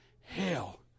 hell